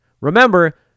remember